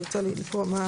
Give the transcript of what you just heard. אני רוצה לקרוא מה,